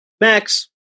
max